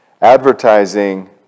Advertising